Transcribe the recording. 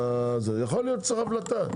יכול להיות שצריך הבלטה.